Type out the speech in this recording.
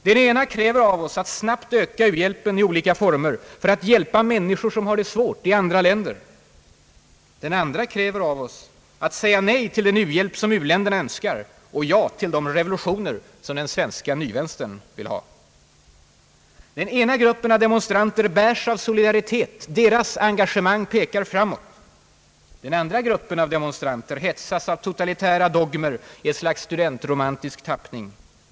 Den ena gruppen kräver av oss att snabbt öka u-hjälpen i olika former för att hjälpa människor som har det svårt i andra länder. Den andra gruppen kräver av oss att säga nej till en u-hjälp som u-länderna önskar och ja till de revolutioner som den svenska nyvänstern vill ha. Den ena gruppen av demonstranter bärs av solidaritet, deras engagemang pekar framåt. Den andra gruppen av demonstranter hetsas av totalitära dogmer i ett slags studentromantisk tappning.